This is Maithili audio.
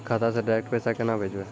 खाता से डायरेक्ट पैसा केना भेजबै?